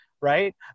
right